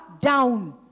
down